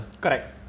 Correct